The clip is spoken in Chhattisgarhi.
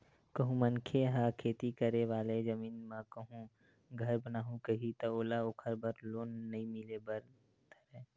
कहूँ मनखे ह खेती करे वाले जमीन म कहूँ घर बनाहूँ कइही ता ओला ओखर बर लोन नइ मिले बर धरय